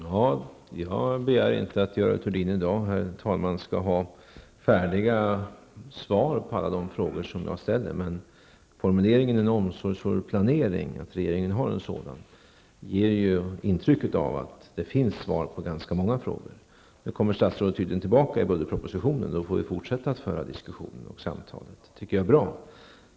Herr talman! Jag begär inte att Görel Thurdin i dag skall ha färdiga svar på alla de frågor som jag ställer, men när formuleringen är den att regeringen har en omsorgsfull planering får man ju intrycket att det finns svar på ganska många frågor. Nu kommer statsrådet tydligen tillbaka i budgetpropositionen. Vid den tidpunkten får vi fortsätta att diskutera. Det tycker jag är bra.